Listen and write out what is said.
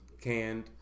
canned